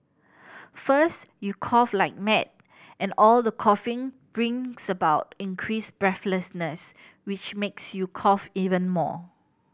first you cough like mad and all the coughing brings about increased breathlessness which makes you cough even more